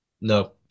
No